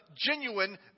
genuine